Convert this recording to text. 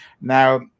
Now